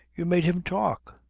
you made him talk?